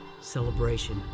Celebration